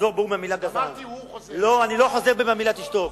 מי הוא שיגיד לי לשתוק.